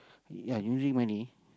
ya losing money